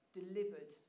delivered